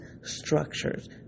structures